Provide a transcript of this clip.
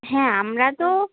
হ্যাঁ আমরা তো